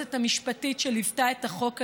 היועצת המשפטית שליוותה את החוק הזה,